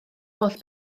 holl